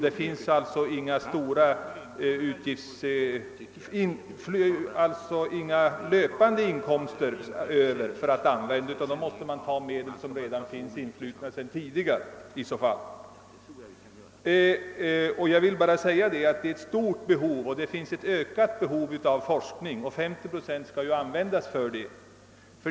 Det finns alltså inga löpande inkomster över att använda, utan i så fall får man ta i anspråk medel som redan influtit. Jag vill understryka att det finns ett stort behov av forskning och detta behov kommer att öka; 50 procent av medlen skall ju också användas för sådant ändamål.